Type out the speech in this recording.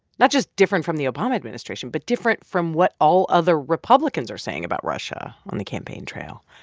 not just different from the obama administration but different from what all other republicans are saying about russia on the campaign trail.